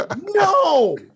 No